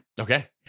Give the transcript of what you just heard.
Okay